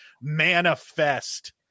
manifest